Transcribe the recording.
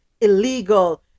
illegal